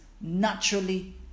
naturally